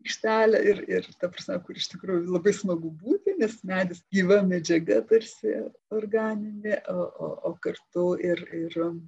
aikštelę ir ir ta prasme kur iš tikrųjų labai smagu būti nes medis kyla medžiaga tarsi organinė o o kartu ir ir